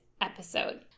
episode